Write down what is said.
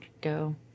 Go